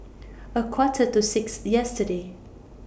A Quarter to six yesterday